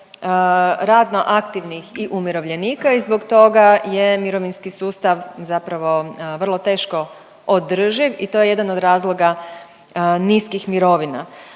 radno aktivnih i umirovljenika i zbog toga je mirovinski sustav zapravo vrlo teško održiv i to je jedan od razloga niskih mirovina.